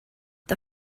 the